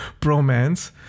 bromance